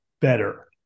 better